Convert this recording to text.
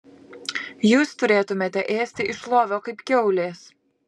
jūs turėtumėte ėsti iš lovio kaip kiaulės